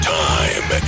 time